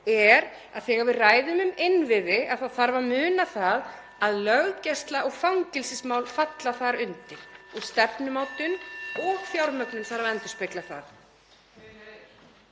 er að þegar við ræðum um innviði (Forseti hringir.) þá þarf að muna það að löggæsla og fangelsismál falla þar undir og stefnumótun og fjármögnun þarf að endurspegla það.